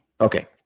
okay